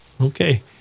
Okay